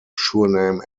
surname